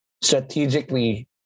strategically